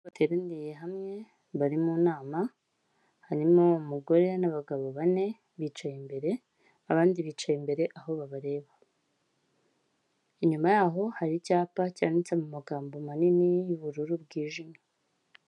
Bateraniye hamwe, bari mu nama, harimo umugore n'abagabo bane, bicaye imbere, abandi bicaye imbere aho babareba, inyuma yaho hari icyapa cyanditse mu magambo manini y'ubururu bwijimye.